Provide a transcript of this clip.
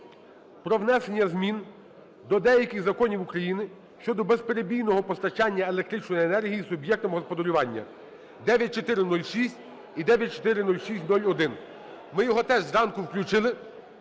про внесення змін до деяких законів України щодо безперебійного постачання електричної енергії суб'єктам господарювання (9406 і 9406-1). Ми його теж зранку включили,